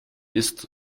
ist